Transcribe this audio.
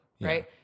right